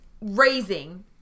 raising